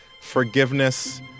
forgiveness